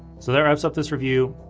so that wraps up this review.